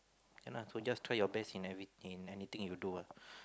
can lah so just try your best in every in anything you do ah